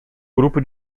grupo